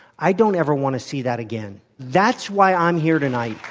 i don't ever want to see that again. that's why i'm here tonight.